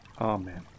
Amen